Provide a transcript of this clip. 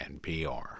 NPR